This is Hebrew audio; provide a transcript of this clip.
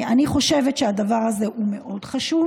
אני חושבת שהדבר הזה מאוד חשוב.